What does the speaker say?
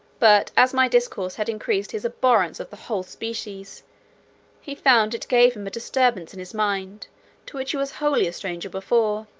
but as my discourse had increased his abhorrence of the whole species, so he found it gave him a disturbance in his mind to which he was wholly a stranger before.